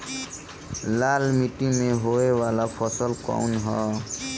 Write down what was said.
लाल मीट्टी में होए वाला फसल कउन ह?